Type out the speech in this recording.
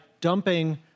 dumping